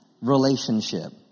relationship